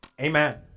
Amen